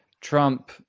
Trump